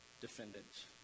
defendants